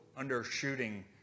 undershooting